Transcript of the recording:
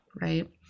Right